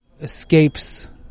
escapes